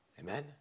Amen